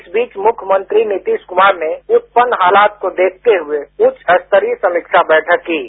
इस बीच मुख्यमंत्री नीतीश कुमार ने उत्पन्न हालात को देखते हुए उच्च स्तरीय समीक्षा बैठक की है